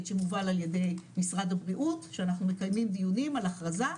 שמובל על ידי משרד הבריאות שאנחנו מקיימים דיונים על הכרזה,